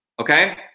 okay